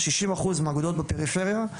ששים אחוז מהאגודות בפריפריה,